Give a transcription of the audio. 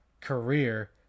career